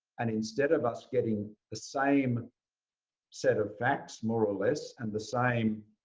and instead of us getting the same and set of facts, more or less, and the same